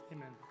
Amen